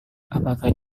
apakah